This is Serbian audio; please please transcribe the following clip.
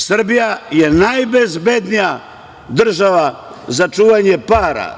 Srbija je najbezbednija država za čuvanje para.